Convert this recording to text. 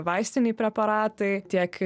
vaistiniai preparatai tiek